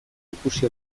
ikusi